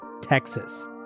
Texas